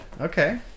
Okay